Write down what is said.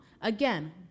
Again